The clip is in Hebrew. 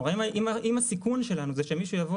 כלומר אם הסיכון שלנו זה שמישהו יבוא